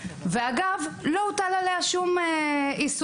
אגב, לא הוטל עליה שום איסור.